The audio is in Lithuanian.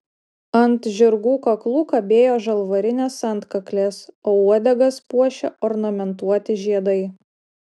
ant žirgų kaklų kabėjo žalvarinės antkaklės o uodegas puošė ornamentuoti žiedai